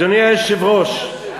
אדוני היושב-ראש,